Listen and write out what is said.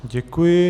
Děkuji.